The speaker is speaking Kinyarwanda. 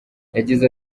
yagize